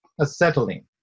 Acetylene